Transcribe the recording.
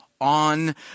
on